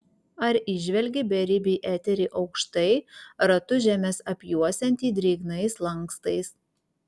ar įžvelgi beribį eterį aukštai ratu žemes apjuosiantį drėgnais lankstais